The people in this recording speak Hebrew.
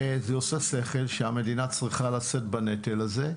זה עושה שכל שהמדינה צריכה לשאת בנטל הזה.